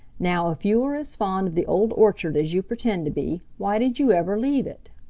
now if you are as fond of the old orchard as you pretend to be, why did you ever leave it?